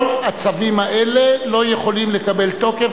כל הצווים האלה לא יכולים לקבל תוקף,